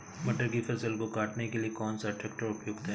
मटर की फसल को काटने के लिए कौन सा ट्रैक्टर उपयुक्त है?